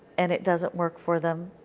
and it doesn't work for them.